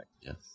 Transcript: Yes